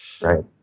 Right